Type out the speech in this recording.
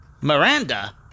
Miranda